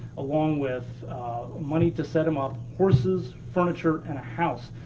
along with money to set him up, horses, furniture, and a house.